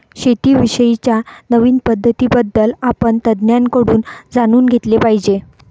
शेती विषयी च्या नवीन पद्धतीं बद्दल आपण तज्ञांकडून जाणून घेतले पाहिजे